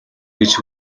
гэж